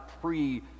pre